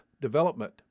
development